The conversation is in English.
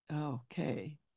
Okay